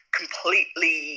completely